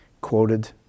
quoted